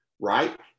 right